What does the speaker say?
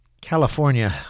California